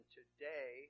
today